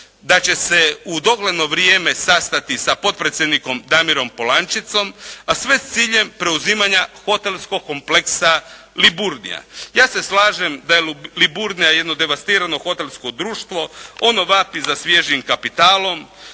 da će se u dogledno vrijeme sastati sa potpredsjednikom Damirom Polančecom, a sve s ciljem preuzimanja hotelskog kompleksa Liburnija. Ja se slažem da je Liburnije jedno devastirano hotelsko društvo, ono vapi za svježim kapitalom,